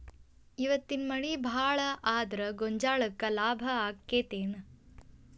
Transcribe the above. ಇವತ್ತಿನ ಮಳಿ ಭಾಳ ಆದರ ಗೊಂಜಾಳಕ್ಕ ಲಾಭ ಆಕ್ಕೆತಿ ಏನ್?